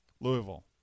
louisville